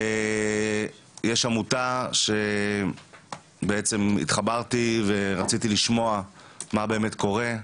יש עמותה שבעצם התחברתי אליה ורציתי לשמוע מה באמת קורה.